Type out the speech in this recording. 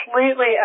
completely